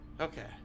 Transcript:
Okay